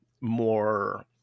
more